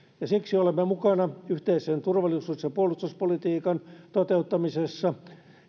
siksi olemme mukana yhteisen turvallisuus ja puolustuspolitiikan toteuttamisessa